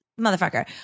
motherfucker